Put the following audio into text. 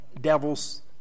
devils